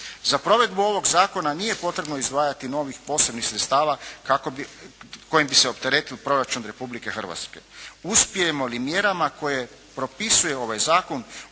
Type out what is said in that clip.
Za provedbu ovog zakona nije potrebno za izdvajanjem novih posebnih sredstava kojim bi se opteretio proračun Republike Hrvatske. Uspijemo li mjerama koje propisuje ovaj zakon